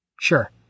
Sure